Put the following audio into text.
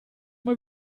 mal